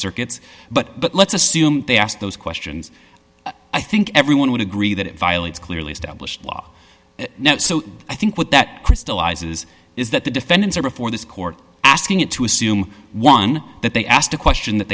circuits but but let's assume they ask those questions i think everyone would agree that it violates clearly established law so i think what that crystallizes is that the defendants are before this court asking it to assume one that they asked a question that